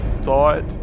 thought